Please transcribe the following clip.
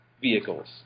vehicles